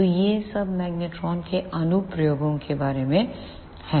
तो यह सब मैग्नेट्रोन के अनुप्रयोगों के बारे में है